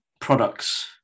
products